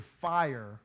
fire